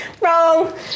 Wrong